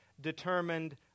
determined